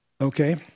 Okay